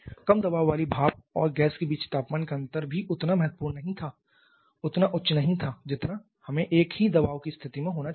कम दबाव वाली भाप और गैस के बीच तापमान का अंतर भी उतना महत्वपूर्ण नहीं था उतना उच्च नहीं था जितना हमें एक ही दबाव की स्थिति में होना चाहिए था